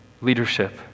leadership